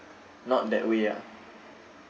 not that way ah